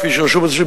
כפי שרשום אצלי,